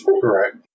Correct